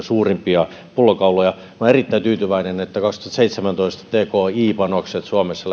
suurimpia pullonkauloja minä olen erittäin tyytyväinen että kaksituhattaseitsemäntoista tki panokset suomessa